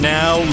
now